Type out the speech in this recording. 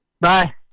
Bye